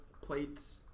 plates